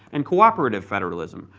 and cooperative federalism,